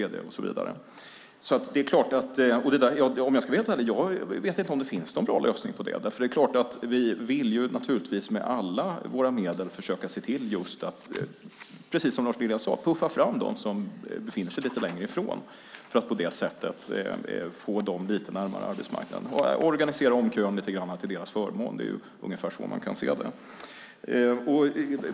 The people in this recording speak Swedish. Om jag ska vara helt ärlig vet jag inte om det finns någon bra lösning på det, för det är klart att vi med alla medel vill försöka se till att, precis som Lars Lilja sade, puffa fram dem som befinner sig lite längre ifrån för att på det sättet få dem lite närmare arbetsmarknaden och organisera om kön lite grann till deras förmån. Det är ungefär så man kan se det.